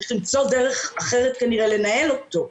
צריך למצוא כנראה דרך אחרת לנהל אותו.